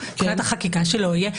מבחינת החקיקה שלא יהיה,